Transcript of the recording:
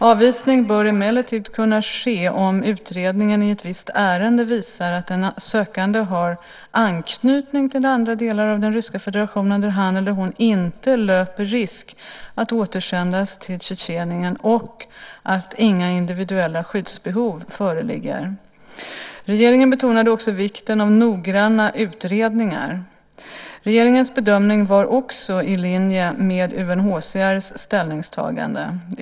Avvisning bör emellertid kunna ske om utredningen i ett visst ärende visar att den sökande har anknytning till andra delar av Ryska federationen där han eller hon inte löper risk att återsändas till Tjetjenien och att inga individuella skyddsbehov föreligger. Regeringen betonade också vikten av noggranna utredningar. Regeringens bedömning var också i linje med UNHCR:s ställningstagande.